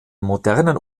modernen